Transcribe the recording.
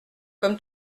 comme